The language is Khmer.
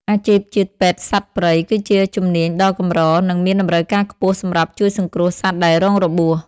អាជីពជាពេទ្យសត្វព្រៃ គឺជាជំនាញដ៏កម្រ និងមានតម្រូវការខ្ពស់សម្រាប់ជួយសង្គ្រោះសត្វដែលរងរបួស។